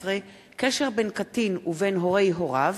17) (קשר בין קטין ובין הורי הוריו),